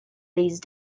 these